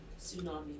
Tsunami